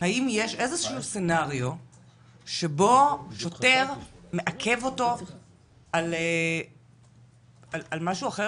האם יש איזשהו סצנריו שבו שוטר מעכב אותו על משהו אחר,